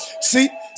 see